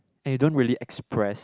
and you don't really express